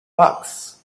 bucks